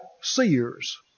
seers